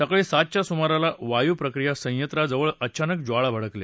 सकाळी सातच्या सुमाराला वायू प्रक्रिया सयंत्राजवळ अचानक ज्वाळा भडकल्या